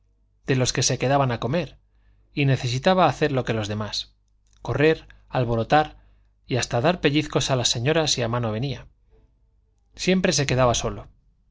de los que se quedaban a comer y necesitaba hacer lo que los demás correr alborotar y hasta dar pellizcos a las señoras si a mano venía siempre se quedaba solo